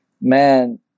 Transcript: man